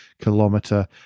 kilometer